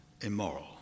immoral